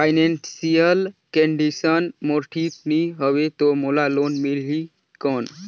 Financial condition मोर ठीक नी हवे तो मोला लोन मिल ही कौन??